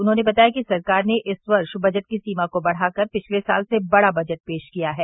उन्होंने बताया कि सरकार ने इस वर्ष बजट की सीमा को बढ़ा कर पिछले साल से बड़ा बजट पेश किया है